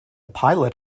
pilot